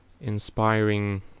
inspiring